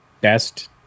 best